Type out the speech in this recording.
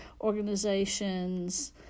organizations